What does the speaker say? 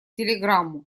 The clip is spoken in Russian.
телеграмму